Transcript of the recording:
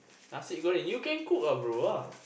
nasi goreng you can cook ah bro ah